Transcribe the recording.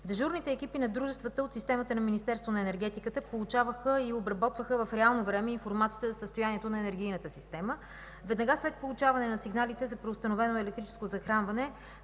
Дежурните екипи на дружествата от системата на Министерството на енергетиката получаваха и обработваха в реално време информацията за състоянието на енергийната система веднага след получаване на сигналите за преустановено електрическо захранване.